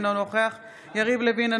אינו נוכח יריב לוין,